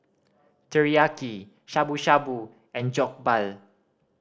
Teriyaki Shabu Shabu and Jokbal